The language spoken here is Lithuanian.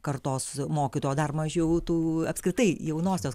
kartos mokytojų o dar mažiau tų apskritai jaunosios